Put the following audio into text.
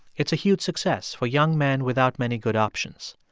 it's a huge success for young men without many good options,